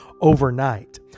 overnight